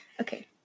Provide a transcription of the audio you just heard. Okay